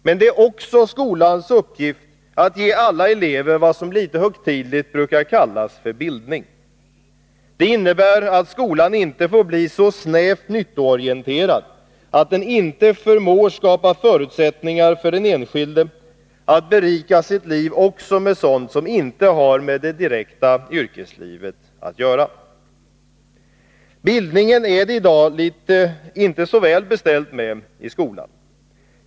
Men det är också skolans uppgift att ge alla elever vad som litet högtidligt brukar kallas för bildning. Det innebär att skolan inte får bli så snävt nyttoorienterad att den inte förmår skapa förutsättningar för den enskilde att berika sitt liv också med sådant som inte har med det direkta yrkeslivet att göra. Bildningen är det i dag inte så väl beställt med i skolan.